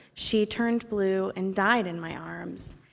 she turned blue, and died in my arms.